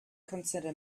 consider